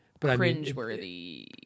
Cringeworthy